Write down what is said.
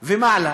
ומעלה,